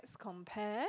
compare